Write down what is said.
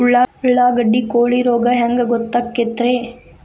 ಉಳ್ಳಾಗಡ್ಡಿ ಕೋಳಿ ರೋಗ ಹ್ಯಾಂಗ್ ಗೊತ್ತಕ್ಕೆತ್ರೇ?